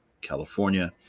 California